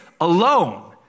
alone